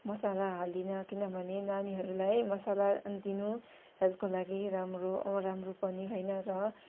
मसाला हाल्दिनँ किनभने नानीहरूलाई मसाला दिनु हेल्थको लागि राम्रो राम्रो पनि होइन र